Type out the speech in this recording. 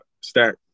Stack